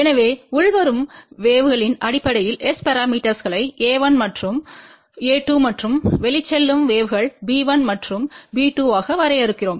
எனவே உள்வரும் வேவ்களின் அடிப்படையில் S பரமீட்டர்ஸ்களை a1மற்றும் a2மற்றும் வெளிச்செல்லும் வேவ்கள் b1மற்றும் b2ஆக வரையறுக்கிறோம்